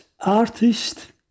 artist